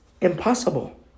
impossible